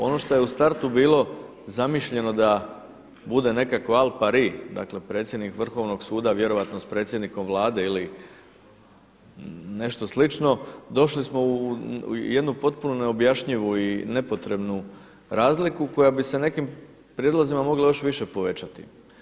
Ono što je u startu bilo zamišljeno da bude nekakav al pari, dakle predsjednik Vrhovnog suda vjerojatno sa predsjednikom Vlade ili nešto slično došli smo u jednu potpuno neobjašnjivu i nepotrebnu razliku koja bi se sa nekim prijedlozima mogla još više povećati.